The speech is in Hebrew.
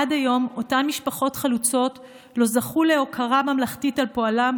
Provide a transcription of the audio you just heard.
עד היום אותן משפחות חלוצות לא זכו להוקרה ממלכתית על פועלן,